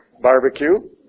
barbecue